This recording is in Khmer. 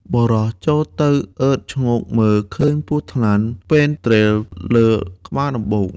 បុរសចូលទៅអើតឈ្ងោកមើលឃើញពស់ថ្លាន់ពេនទ្រេលលើក្បាលដំបូក។